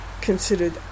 considered